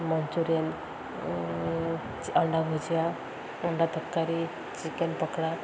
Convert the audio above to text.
Manchurian ଅଣ୍ଡା ଭୁଜିଆ ଅଣ୍ଡା ତରକାରୀ ଚିକେନ ପକୋଡ଼ା